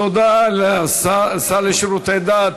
תודה לשר לשירותי דת,